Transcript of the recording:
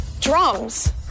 drums